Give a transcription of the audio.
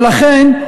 ולכן,